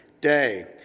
day